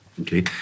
Okay